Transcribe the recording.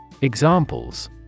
Examples